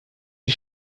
die